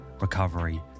recovery